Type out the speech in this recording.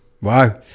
Wow